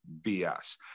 bs